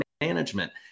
management